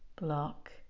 block